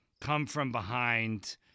come-from-behind